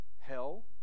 Hell